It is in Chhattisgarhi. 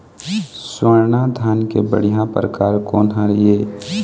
स्वर्णा धान के बढ़िया परकार कोन हर ये?